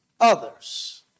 others